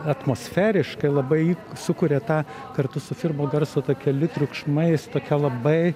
atmosferiškai labai sukuria tą kartu su filmo garso takeliu triukšmais tokią labai